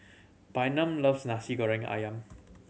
Bynum loves Nasi Goreng Ayam